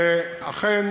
שאכן